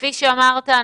וכפי שאמרת,